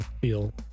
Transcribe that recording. feel